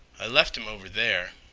i left him over there.